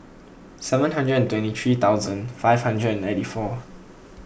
seven hundred and twenty three thousand five hundred and ninety four